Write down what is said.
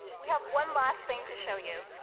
we have one last thing to show you.